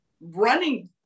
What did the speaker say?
running